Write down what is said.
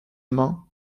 main